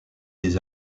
des